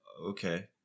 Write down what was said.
Okay